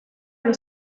allo